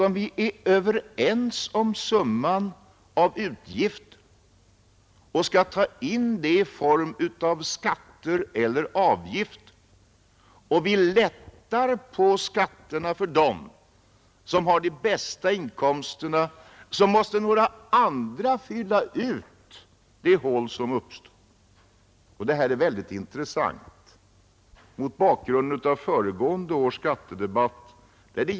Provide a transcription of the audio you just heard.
Om vi är överens om utgifterna och skall ta in den summan i form av skatter eller avgifter och om vi lättar på skatterna för dem som har de högsta inkomsterna, måste några andra fylla ut de hål som uppstår. Detta är mycket intressant mot bakgrunden av föregående års skattedebatt.